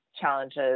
challenges